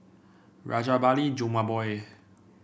Rajabali Jumabhoy